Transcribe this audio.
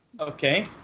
Okay